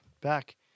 Back